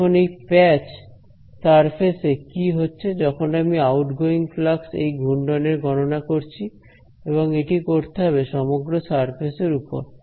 এখন এই patch surface এ কি হচ্ছে যখন আমি আউটগোয়িং ফ্লাক্স এই ঘূর্ণনের গণনা করছি এবং এটি করতে হবে সমগ্র সারফেস এর উপর